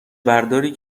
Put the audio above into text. برداری